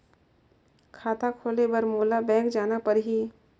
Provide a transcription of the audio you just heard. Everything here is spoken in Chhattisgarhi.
खाता खोले बर मोला बैंक जाना परही?